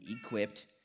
equipped